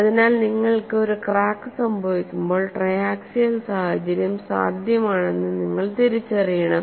അതിനാൽ നിങ്ങൾക്ക് ഒരു ക്രാക്ക് സംഭവിക്കുമ്പോൾ ട്രയാക്സിയൽ സാഹചര്യം സാധ്യമാണെന്ന് നിങ്ങൾ തിരിച്ചറിയണം